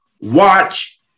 Watch